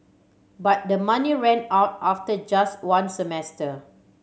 but the money ran out after just one semester